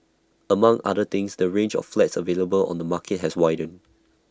among other things the range of flats available on the market has widened